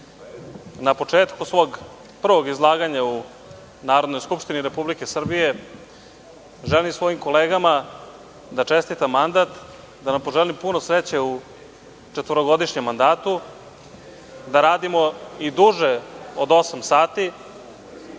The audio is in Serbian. na početku svog prvog izlaganja u Narodnoj skupštini Republike Srbije želim svojim kolegama da čestitam mandat, da nam poželim puno sreće u četvorogodišnjem mandatu, da radimo i duže od osam sati,